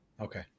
Okay